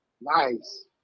nice